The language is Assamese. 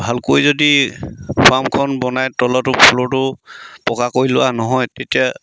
ভালকৈ যদি ফাৰ্মখন বনাই তলতো ফ্লৰটো পকা কৰি লোৱা নহয় তেতিয়া